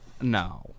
No